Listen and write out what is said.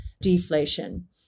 deflation